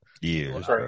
Years